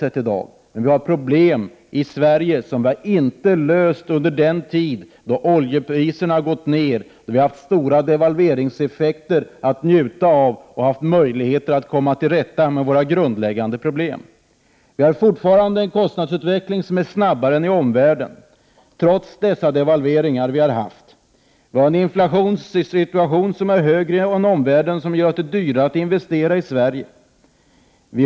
Men i Sverige har vi problem som inte har lösts under den tid då oljepriserna har gått ned, då vi har åtnjutit stora devalveringseffekter och haft möjlighet att komma till rätta med våra grundläggande problem. Trots de devalveringar som genomförts har vi fortfarande en kostnadsutveckling som är snabbare än i omvärlden. Inflationstakten är högre än i omvärlden, vilket gör att det är dyrare att investera i Sverige.